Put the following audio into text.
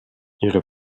ihre